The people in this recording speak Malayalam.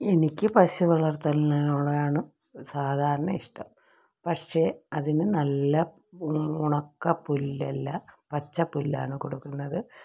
എനിക്ക് പശു വളർത്തൽനോടാണ് സാധാരണ ഇഷ്ടം പക്ഷേ അതിന് നല്ല ഉണക്ക പുല്ലല്ല പച്ച പുല്ലാണ് കൊടുക്കുന്നത്